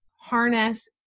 harness